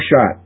shot